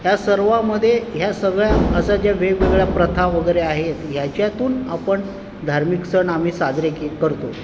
या सर्वामधे ह्या सगळ्या असा ज्या वेगवेगळ्या प्रथा वगैरे आहेत ह्याच्यातून आपण धार्मिक सण आम्ही साजरे के करतो